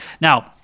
now